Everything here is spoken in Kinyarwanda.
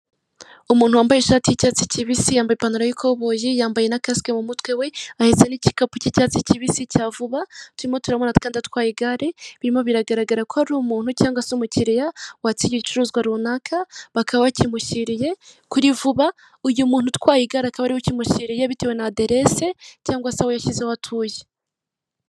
Umuntu wambaye ishati y'icyatsi kibisi yambaye ipantaro y'ikoboyi yambaye na kask mu mutwe we ahetse n'igikapu cy'icyatsi kibisi cya vuba, turimo turabona kandi atwaye igare, birimo biragaragara ko hari umuntu cyangwa se umukiriya watse igicuruzwa runaka bakaba bakimushyiriye kuri vuba, uyu muntu utwaye igare akaba ariwe ukimushyireriye bitewe na aderese cyangwa se aho yashyizeho atuye.